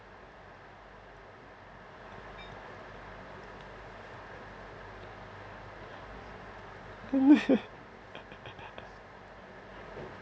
uh